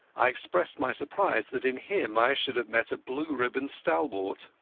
i expressed my surprise that in him i should have met a blue-ribbon stalwart.